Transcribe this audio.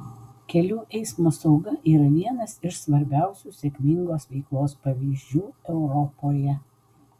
kelių eismo sauga yra vienas iš svarbiausių sėkmingos veiklos pavyzdžių europoje